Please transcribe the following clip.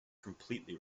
completely